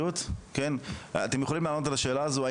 אתם יכולים לענות על השאלה הזו,